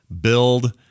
build